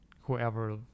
whoever